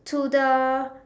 to the